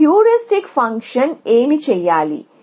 ఈ heuristic function ఏమి చేయాలి